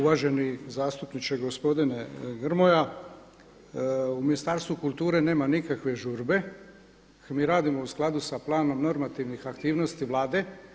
Uvaženi zastupniče, gospodine Grmoja, u Ministarstvu kulture nema nikakve žurbe, mi radimo u skladu sa planom normativnih aktivnosti Vlade.